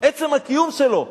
עצם הקיום שלו.